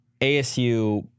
ASU